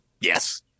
yes